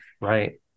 right